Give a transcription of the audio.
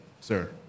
sir